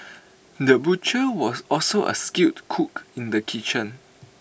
the butcher was also A skilled cook in the kitchen